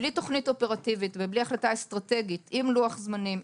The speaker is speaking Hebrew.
בלי תוכנית אופרטיבית ובלי החלטה אסטרטגית עם לוח זמנים,